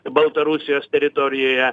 baltarusijos teritorijoje